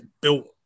built